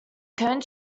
cone